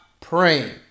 praying